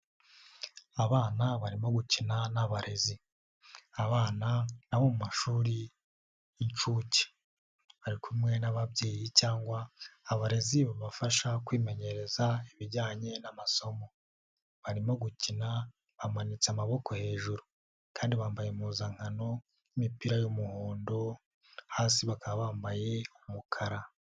Abana barimo gukina n'abarezi, abana ni abo mu mashuri y'incuke, bari kumwe n'ababyeyi cyangwa abarezi babafasha kwimenyereza ibijyanye n'amasomo, barimo gukina bamanitse amaboko hejuru kandi bambaye impuzankano y'imipira y'umuhondo, hasi bakaba bambaye umukara.